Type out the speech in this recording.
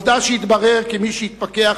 העובדה שהתברר כי מי שמתפכח,